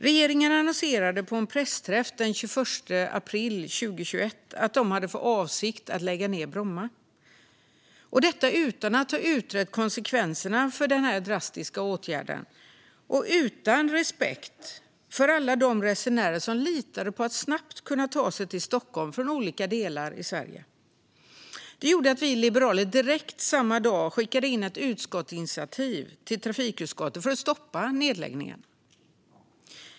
Regeringen annonserade på en pressträff den 21 april 2021 att man hade för avsikt att lägga ned Bromma, och detta utan att ha utrett konsekvenserna av denna drastiska åtgärd och utan respekt för alla de resenärer som litar på att snabbt kunna ta sig till Stockholm från olika delar av Sverige. Detta gjorde att vi liberaler direkt samma dag skickade in ett utskottsinitiativ till trafikutskottet för att stoppa nedläggningen.